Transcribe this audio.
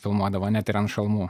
filmuodavo net ir ant šalmų